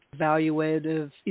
evaluative